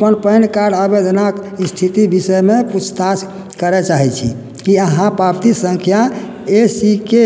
अपन PAN card आबेदनक स्थिति बिषयमे पूछताछ करय चाहैत छी की अहाँ पाबती सङ्ख्या ए सी के